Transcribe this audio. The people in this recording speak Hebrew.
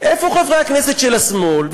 איפה חברי הכנסת של השמאל?